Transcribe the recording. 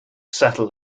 settled